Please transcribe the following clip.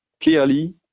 clearly